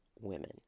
women